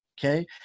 Okay